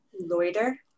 loiter